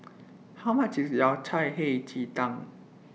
How much IS Yao Cai Hei Ji Tang